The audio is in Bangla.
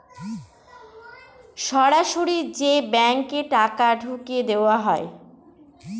সরাসরি যে ব্যাঙ্কে টাকা ঢুকিয়ে দেওয়া হয়